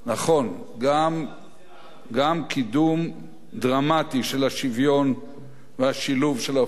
גם קידום דרמטי של השוויון והשילוב של האוכלוסייה הערבית.